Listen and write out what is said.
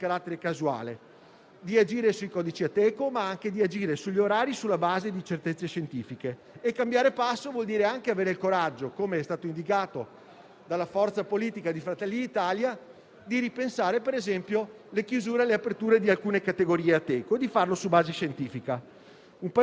anche se sono tanti soldi, se un Paese non funziona sulla base dell'economia reale, si bruciano subito. Il cambio di passo ci potrà essere solo nella prospettiva che le persone possano tornare presto alla vita normale, a vivere liberamente, a produrre, a fare il proprio lavoro, ad avere la propria socialità e anche ad essere consumatori.